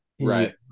Right